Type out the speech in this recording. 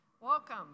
Welcome